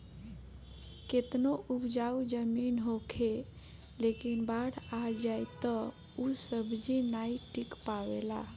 केतनो उपजाऊ जमीन होखे लेकिन बाढ़ आ जाए तअ ऊ सब्जी नाइ टिक पावेला